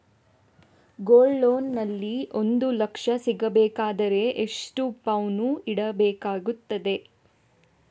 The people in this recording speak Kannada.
ಗೋಲ್ಡ್ ಲೋನ್ ನಲ್ಲಿ ಒಂದು ಲಕ್ಷ ಸಿಗಬೇಕಾದರೆ ಎಷ್ಟು ಪೌನು ಇಡಬೇಕಾಗುತ್ತದೆ?